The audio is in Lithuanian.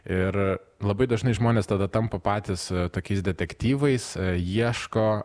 ir labai dažnai žmonės tada tampa patys tokiais detektyvais ieško